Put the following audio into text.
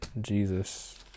Jesus